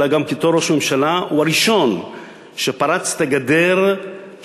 אלא גם בתור ראש ממשלה הוא הראשון שפרץ את הגדר שבה